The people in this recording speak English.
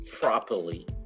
properly